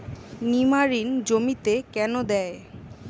নিমারিন জমিতে কেন দেয়?